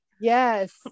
Yes